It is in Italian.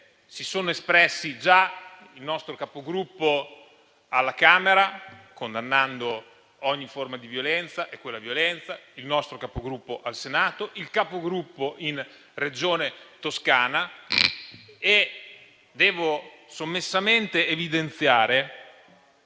si sono espressi già il nostro Capogruppo alla Camera, condannando ogni forma di violenza e quella violenza, il nostro Capogruppo al Senato e il Capogruppo in Regione Toscana. Devo sommessamente evidenziare